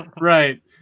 Right